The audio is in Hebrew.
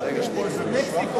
יש פה איזה משלחת?